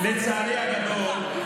לצערי הגדול,